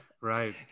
Right